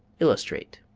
illustrate.